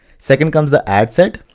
second comes the ad sets,